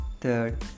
Third